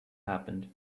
happened